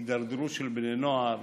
הידרדרות של בני נוער,